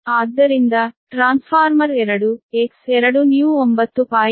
ಆದ್ದರಿಂದ transformer 2 X2new 9